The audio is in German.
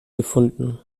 gefunden